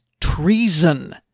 treason